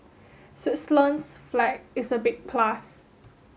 Switzerland's flag is a big plus